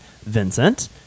vincent